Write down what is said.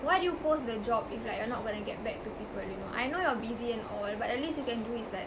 why do you post the job if like you're not going to get back to people you know I know you're busy and all but the least you can do is like